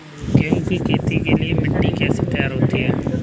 गेहूँ की खेती के लिए मिट्टी कैसे तैयार होती है?